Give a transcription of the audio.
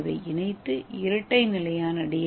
ஏவை இணைத்து இரட்டை நிலையான டி